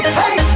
hey